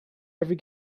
every